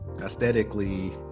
aesthetically